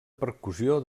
percussió